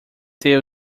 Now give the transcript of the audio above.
ter